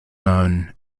known